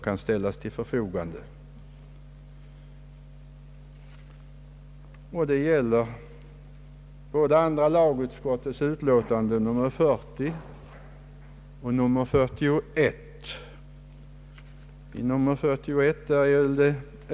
Detta gäller andra lagutskottets utlåtanden 40 och 41.